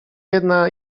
jedna